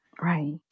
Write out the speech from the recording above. Right